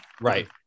right